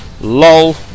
LOL